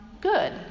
good